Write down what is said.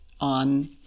on